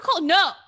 no